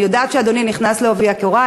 אני יודעת שאדוני נכנס בעובי הקורה,